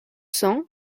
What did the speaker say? cents